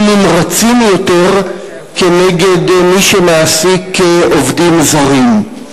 נמרצים יותר כנגד מי שמעסיק עובדים זרים.